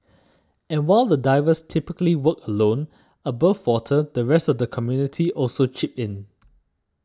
and while the divers typically work alone above water the rest of the community also chips in